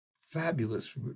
fabulous